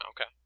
Okay